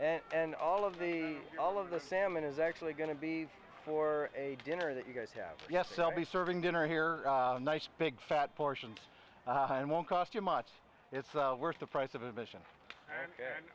ok and all of the all of the salmon is actually going to be for a dinner that you guys have yes i'll be serving dinner here nice big fat portions and won't cost you much it's worth the price of admission o